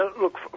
Look